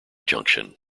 junction